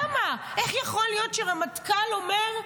איך יכול להיות שרמטכ"ל אומר,